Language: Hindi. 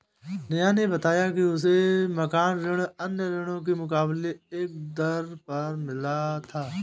नेहा ने बताया कि उसे मकान ऋण अन्य ऋणों के मुकाबले कम दर पर मिला था